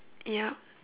yup